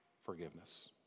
forgiveness